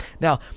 Now